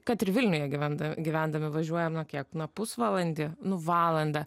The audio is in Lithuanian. kad ir vilniuje gyvenda gyvendami važiuojam na kiek na pusvalandį nu valandą